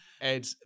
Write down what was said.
Ed